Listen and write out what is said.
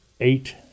eight